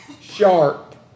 sharp